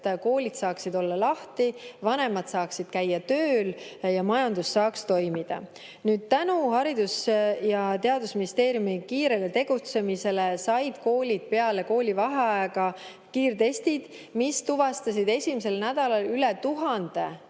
et koolid saaksid olla lahti, vanemad saaksid käia tööl ja majandus saaks toimida. Tänu Haridus‑ ja Teadusministeeriumi kiirele tegutsemisele said koolid peale koolivaheaega kiirtestid, mis tuvastasid esimesel nädalal üle tuhande